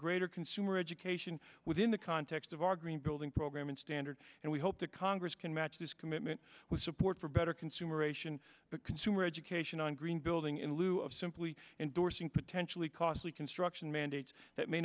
greater consumer education within the context of our green building program and standards and we hope the congress can match this commitment with support for better consumer ation the consumer education on green building in lieu of simply endorsing potentially costly construction mandates that may